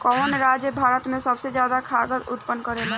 कवन राज्य भारत में सबसे ज्यादा खाद्यान उत्पन्न करेला?